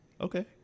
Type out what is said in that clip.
Okay